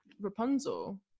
Rapunzel